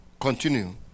Continue